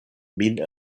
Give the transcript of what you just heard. min